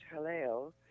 Haleo